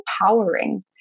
empowering